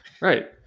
Right